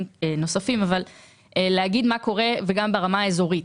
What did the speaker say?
ונוכל לומר מה קורה גם ברמה האזורית.